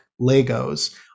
legos